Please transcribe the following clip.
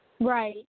Right